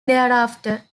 thereafter